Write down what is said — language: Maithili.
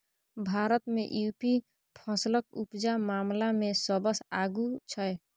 भारत मे युपी फसलक उपजा मामला मे सबसँ आगु छै